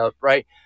Right